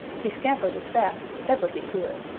he scampered as fast as ever he could.